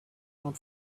not